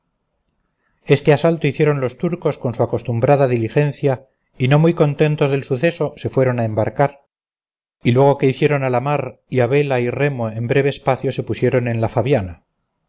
este asalto hicieron los turcos con su acostumbrada diligencia y no muy contentos del suceso se fueron a embarcar y luego se hicieron a la mar y a vela y remo en breve espacio se pusieron en la fabiana